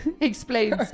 explains